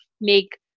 make